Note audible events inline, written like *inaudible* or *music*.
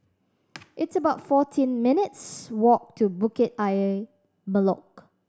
*noise* it's about fourteen minutes' walk to Bukit Ayer Molek